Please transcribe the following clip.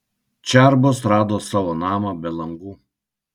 čerbos rado savo namą be langų